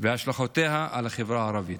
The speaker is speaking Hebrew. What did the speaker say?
והשלכותיה על החברה הערבית,